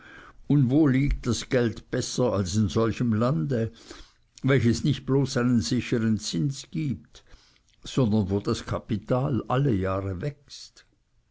und wo liegt das geld besser als in solchem lande welches nicht bloß sicheren zins gibt sondern wo das kapital alle jahre wächst